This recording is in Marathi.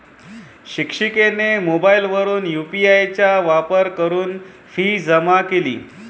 शिक्षिकेने मोबाईलवरून यू.पी.आय चा वापर करून फी जमा केली